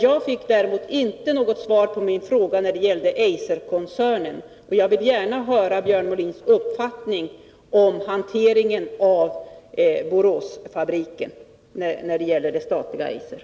Jag fick däremot inte något svar på min fråga när det gällde den statliga Eiserkoncernen, och jag vill gärna höra Björn Molins uppfattning om hanteringen i fråga om Boråsfabriken.